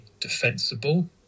defensible